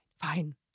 fine